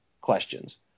questions